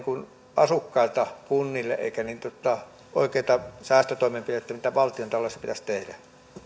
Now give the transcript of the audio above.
asukkailta kunnille eikä oikeita säästötoimenpiteitä mitä valtiontaloudessa pitäisi tehdä